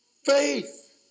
Faith